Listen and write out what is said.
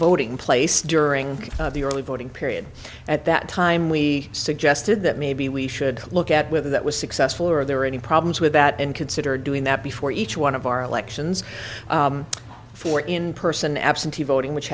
voting place during the early voting period at that time we suggested that maybe we should look at whether that was successful or are there any problems with that and consider doing that before each one of our elections for in person absentee voting which